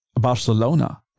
Barcelona